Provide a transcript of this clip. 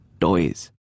toys